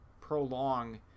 prolong